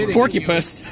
Porcupine